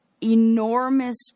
enormous